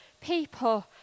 people